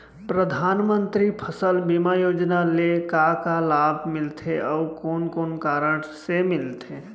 परधानमंतरी फसल बीमा योजना ले का का लाभ मिलथे अऊ कोन कोन कारण से मिलथे?